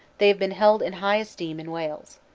they have been held in high esteem in wales.